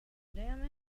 damn